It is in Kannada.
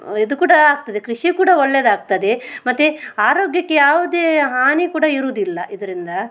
ಇದು ಕೂಡ ಆಗ್ತದೆ ಕೃಷಿ ಕೂಡ ಒಳ್ಳೇದಾಗ್ತದೆ ಮತ್ತು ಆರೋಗ್ಯಕ್ಕೆ ಯಾವುದೇ ಹಾನಿ ಕೂಡ ಇರುವುದಿಲ್ಲ ಇದರಿಂದ